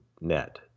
net